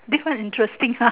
this quite interesting ah